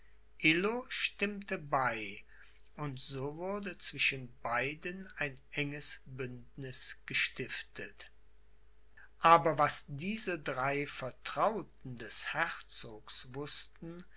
stimmte bei und so wurde zwischen beiden ein enges bündniß gestiftet aber was diese drei vertrauten des herzogs wußten